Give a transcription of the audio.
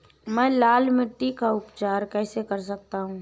मैं लाल मिट्टी का उपचार कैसे कर सकता हूँ?